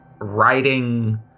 writing